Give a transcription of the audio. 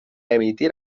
emitir